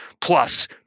Plus